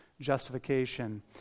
justification